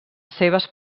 seves